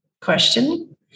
question